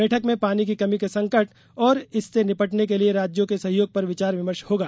बैठक में पानी की कमी के संकट और इससे निपटने के लिए राज्यों के सहयोग पर विचार विमर्श होगा